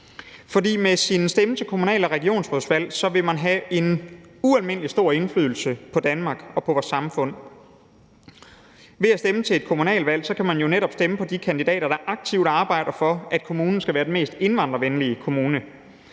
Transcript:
med sin stemme til kommunal- og regionsrådsvalg vil man have en ualmindelig stor indflydelse på Danmark og på vores samfund. Ved at stemme til et kommunalvalg kan man jo netop stemme på de kandidater, der aktivt arbejder for, at kommunen skal være den mest indvandrervenlige kommune.